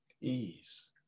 ease